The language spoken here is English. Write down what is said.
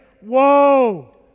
whoa